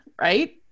right